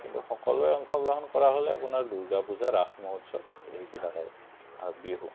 কিন্তু সকলোৱে অংশগ্ৰহণ কৰা হ'ল আপোনাৰ দুৰ্গা পূজা ৰাস মহোৎসৱ এইবিলাক আৰু আৰু বিহু